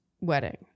wedding